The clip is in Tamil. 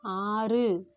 ஆறு